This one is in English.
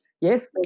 yes